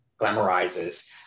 glamorizes